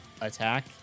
attack